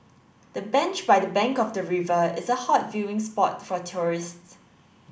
the bench by the bank of the river is a hot viewing spot for tourists